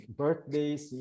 birthdays